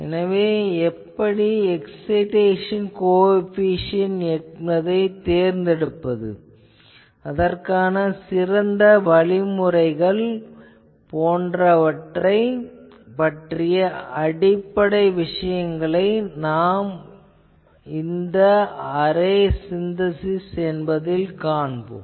எனவே எப்படி excitation coefficient என்பதைத் தேர்ந்தெடுப்பது அதற்கான சிறந்த வழிமுறைகள் போன்றவற்றைப் பற்றிய அடிப்படை விஷயங்களை நாம் இந்த அரே சின்தசிஸ் என்பதில் காண்போம்